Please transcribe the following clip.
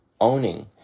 owning